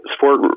Sport